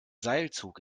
seilzug